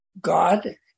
God